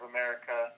America